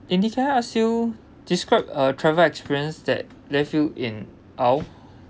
lindy can I ask you described a travel experience that left you in awe